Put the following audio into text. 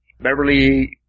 Beverly